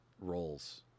roles